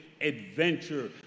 adventure